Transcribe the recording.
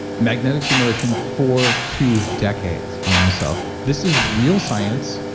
magnetic stimulation for two decades on myself. this is real science.